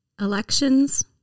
elections